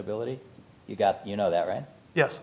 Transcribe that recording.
ability you got you know that right yes